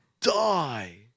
Die